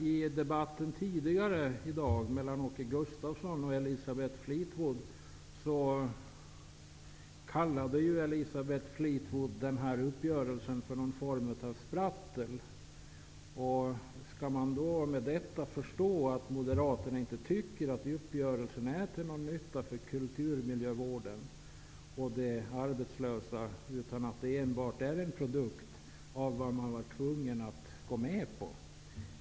I debatten tidigare i dag mellan Åke Gustavsson och Elisabeth Fleetwood talade Elisabeth Fleetwood om denna uppgörelse som en form av ''sprattel''. Skall man med detta förstå att Moderaterna inte tycker att uppgörelsen är till någon nytta för kulturmiljövården och de arbetslösa, utan enbart är något som man varit tvungen att gå med på?